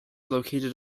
located